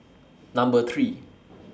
Number three